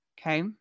Okay